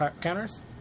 counters